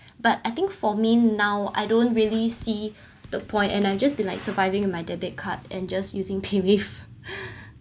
but I think for me now I don't really see the point and I'm just be like surviving on my debit card and just using paywave